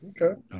Okay